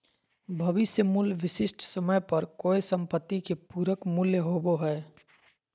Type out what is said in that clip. भविष्य मूल्य विशिष्ट समय पर कोय सम्पत्ति के पूरक मूल्य होबो हय